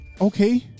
Okay